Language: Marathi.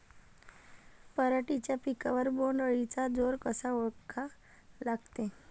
पराटीच्या पिकावर बोण्ड अळीचा जोर कसा ओळखा लागते?